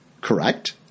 correct